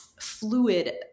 fluid